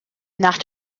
nach